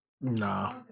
Nah